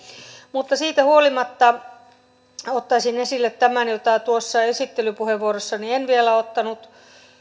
mutta siitä huolimatta ottaisin esille tämän mitä tuossa esittelypuheenvuorossani en vielä ottanut